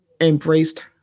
embraced